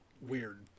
weird